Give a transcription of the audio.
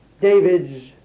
David's